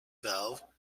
valve